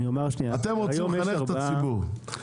אתם רוצים לחנך את הציבור,